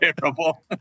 terrible